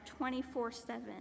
24-7